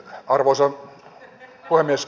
arvoisa puhemies